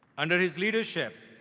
under his leadership,